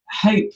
hope